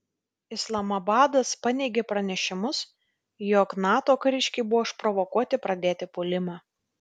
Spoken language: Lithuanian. islamabadas paneigė pranešimus jog nato kariškiai buvo išprovokuoti pradėti puolimą